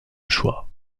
choix